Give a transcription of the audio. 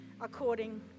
according